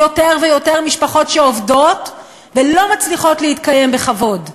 יותר ויותר משפחות שעובדות ולא מצליחות להתקיים בכבוד,